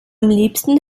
liebsten